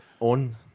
On